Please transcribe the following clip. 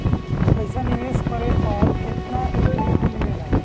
पईसा निवेश करे पर केतना इंटरेस्ट मिलेला?